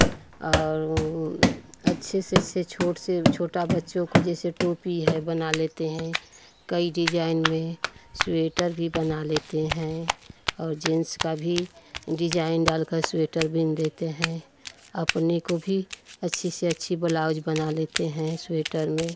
और अच्छे से छोट से छोटा बच्चों को जैसे टोपी है बना लेते हैं कई डिजाइन में स्वेटर भी बना लेते हैं और जेन्स का भी डिजाइन डालकर स्वेटर बिन देते हैं अपने को भी अच्छी से अच्छी बलाउज बना लेते हैं स्वेटर में